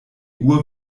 uhr